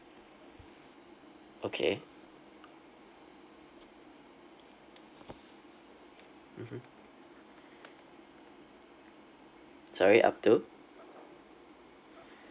okay mmhmm sorry up to